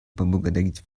поблагодарить